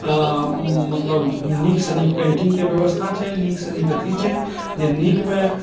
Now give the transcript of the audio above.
मतलब नीकसँ नीक पेन्टिंगके व्यवस्था छै नीकसँ नीक अथी छै जे नीकमे